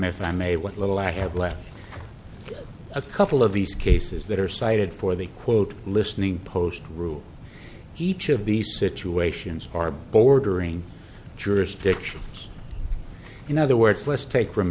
if i may what little i have left a couple of these cases that are cited for the quote listening post rules each of these situations are bordering jurisdictions in other words let's take f